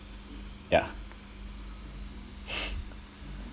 yeah